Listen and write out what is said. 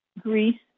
Greece